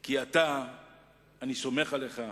כי אני סומך עליך.